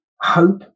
hope